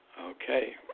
Okay